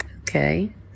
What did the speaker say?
okay